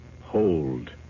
hold